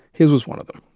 his was one of them.